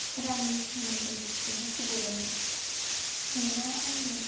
रांनि सोमोन्दै बिदिनो सुबुरुन मोननो आं